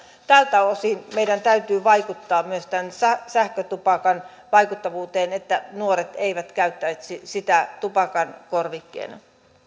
tältä osin meidän täytyy vaikuttaa myös tämän sähkötupakan vaikuttavuuteen että nuoret eivät käyttäisi sitä tupakan korvikkeena